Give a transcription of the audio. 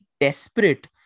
desperate